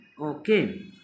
okay